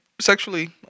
sexually